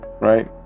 right